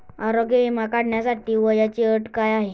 आरोग्य विमा काढण्यासाठी वयाची अट काय आहे?